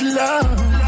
love